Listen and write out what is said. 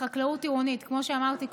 לחקלאות עירונית, כמו שאמרתי קודם.